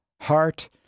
heart